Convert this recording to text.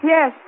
Yes